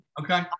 Okay